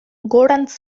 gorantz